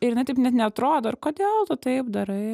ir jinai taip net neatrodo ir kodėl tu taip darai